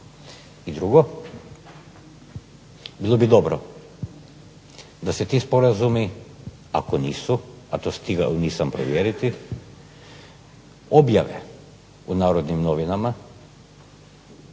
I drugo, bilo bi dobro da se ti sporazumi, ako nisu, a to stigao nisam provjeriti, objave u Narodnim novinama